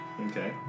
Okay